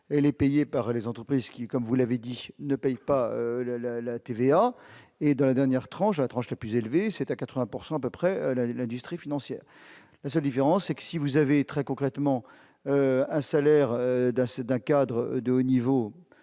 les payé par les entreprises qui, comme vous l'avez dit, ne payent pas la, la, la TVA et dans la dernière tranche la tranche la plus élevée, c'est à 80 pourcent à peu près la l'industrie financière, la seule différence, c'est que si vous avez très concrètement à salaire d'assez d'un cadre de haut niveau